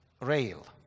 rail